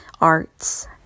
arts